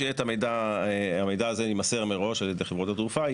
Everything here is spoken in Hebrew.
כשהמידע הזה יימסר מראש על ידי חברות התעופה,